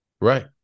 Right